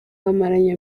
bamaranye